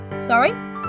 Sorry